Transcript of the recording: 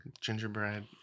Gingerbread